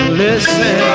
listen